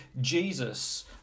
Jesus